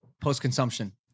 post-consumption